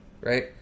Right